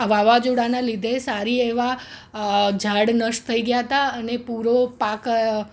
વાવાઝોડાના લીધે સારી એવા ઝાડ નષ્ટ થઇ ગયા હતાં અને પૂરો પાક